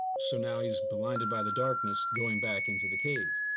so now he's blinded by the darkness going back into the cave.